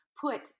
put